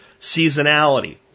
Seasonality